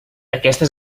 aquesta